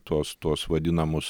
tuos tuos vadinamus